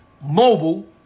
Mobile